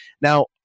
Now